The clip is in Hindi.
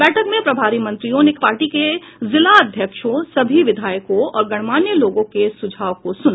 बैठक में प्रभारी मंत्रियों ने पार्टी के जिला अध्यक्षों सभी विधायकों और गणमान्य लोगों के सुझावों को सुना